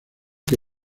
que